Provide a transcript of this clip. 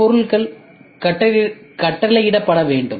இறுதியாக பொருட்கள் கட்டளையிடப்பட வேண்டும்